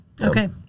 Okay